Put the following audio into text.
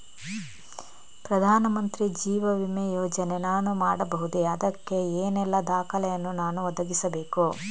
ಪ್ರಧಾನ ಮಂತ್ರಿ ಜೀವ ವಿಮೆ ಯೋಜನೆ ನಾನು ಮಾಡಬಹುದೇ, ಅದಕ್ಕೆ ಏನೆಲ್ಲ ದಾಖಲೆ ಯನ್ನು ನಾನು ಒದಗಿಸಬೇಕು?